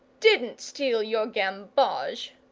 didn't steal your gamboge,